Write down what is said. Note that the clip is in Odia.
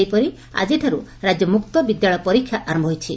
ସେହିପରି ଆଜିଠାରୁ ରାକ୍ୟ ମୁକ୍ତ ବିଦ୍ୟାଳୟ ପରୀକ୍ଷା ଆର ହୋଇଛି